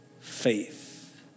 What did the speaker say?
faith